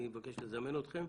אני אבקש לזמן אתכם.